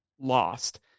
lost